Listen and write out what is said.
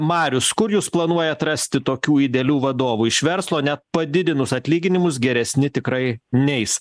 marius kur jūs planuojat rasti tokių idealių vadovų iš verslo net padidinus atlyginimus geresni tikrai neis